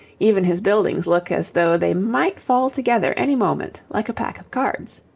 even his buildings look as though they might fall together any moment like a pack of cards.